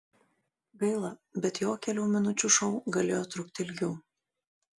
gaila bet jo kelių minučių šou galėjo trukti ilgiau